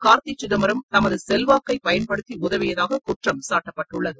கார்த்தி சிதம்பரம் தமது செல்வாக்கை பயன்படுத்தி உதவியதாக குற்றம் சாட்டப்பட்டுள்ளது